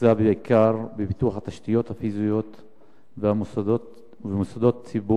שהתרכזה בעיקר בפיתוח התשתיות הפיזיות ומוסדות ציבור,